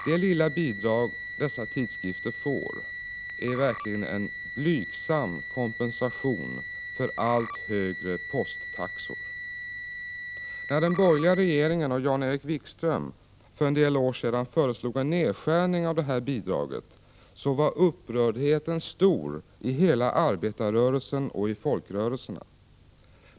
Det lilla bidrag dessa tidskrifter får är verkligen en blygsam kompensation för allt högre posttaxor. När den borgerliga regeringen och Jan-Erik Wikström för en del år sedan föreslog en nedskärning av det här bidraget, var upprördheten stor i hela arbetarrörelsen och i folkrörelserna.